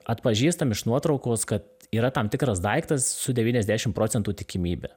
atpažįstam iš nuotraukos kad yra tam tikras daiktas su devyniasdešimt procentų tikimybe